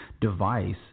device